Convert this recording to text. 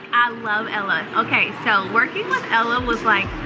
i love ella. okay, so, working with ella was, like,